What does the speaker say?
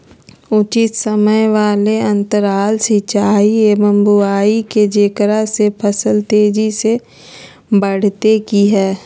उचित समय वाले अंतराल सिंचाई एवं बुआई के जेकरा से फसल तेजी से बढ़तै कि हेय?